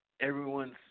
everyone's